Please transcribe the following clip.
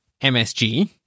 msg